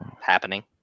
happening